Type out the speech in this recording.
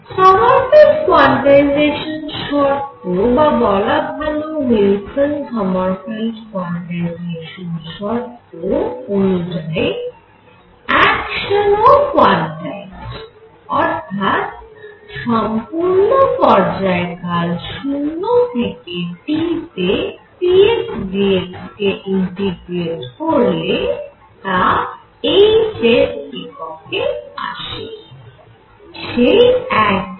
Sommerfeld quantisation শর্ত বা বলা ভাল উইলসন সমারফেল্ড কোয়ান্টাইজেশান শর্ত অনুযায়ী অ্যাকশান ও কোয়ান্টাইজড অর্থাৎ সম্পূর্ণ পর্যায়কাল 0 থেকে T তে px dx কে ইন্টিগ্রেট করলে তা h এর এককে আসে সেই একই h